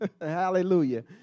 Hallelujah